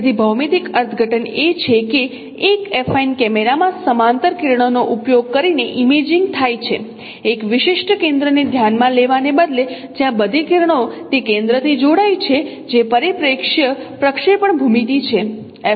તેથી ભૌમિતિક અર્થઘટન એ છે કે એક એફાઈન કેમેરામાં સમાંતર કિરણોનો ઉપયોગ કરીને ઇમેજિંગ થાય છે એક વિશિષ્ટ કેન્દ્રને ધ્યાનમાં લેવાને બદલે જ્યાં બધી કિરણો તે કેન્દ્રથી જોડાય છે જે પરિપ્રેક્ષ્ય પ્રક્ષેપણ ભૂમિતિ છે